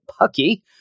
pucky